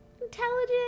Intelligent